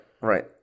right